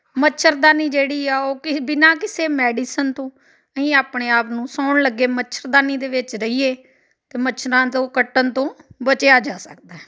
ਮੱਛਰਦਾਨੀ ਜਿਹੜੀ ਆ ਉਹ ਕਿਹ ਬਿਨਾਂ ਕਿਸੇ ਮੈਡੀਸਨ ਤੋਂ ਵੀ ਆਪਣੇ ਆਪ ਨੂੰ ਸੌਣ ਲੱਗੇ ਮੱਛਰਦਾਨੀ ਦੇ ਵਿੱਚ ਰਹੀਏ ਅਤੇ ਮੱਛਰਾਂ ਦੇ ਕੱਟਣ ਤੋਂ ਬਚਿਆ ਜਾ ਸਕਦਾ